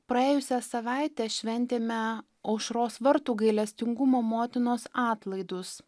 praėjusią savaitę šventėme aušros vartų gailestingumo motinos atlaidus